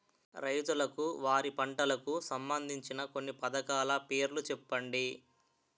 రైతులకు వారి పంటలకు సంబందించిన కొన్ని పథకాల పేర్లు చెప్పండి?